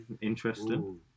interesting